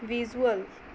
visual